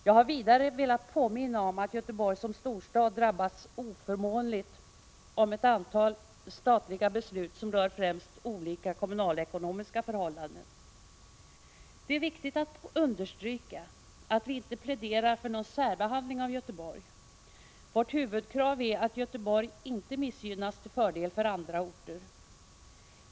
Jag har vidare velat påminna om att Göteborg som storstad drabbats oförmånligt av ett antal statliga beslut som rör främst olika kommunalekonomiska förhållanden. Det är viktigt att understryka att vi inte pläderar för någon särbehandling av Göteborg. Vårt huvudkrav är att Göteborg inte missgynnas till fördel för andra orter.